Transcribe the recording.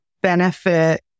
benefit